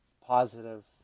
positive